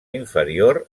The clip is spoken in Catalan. inferior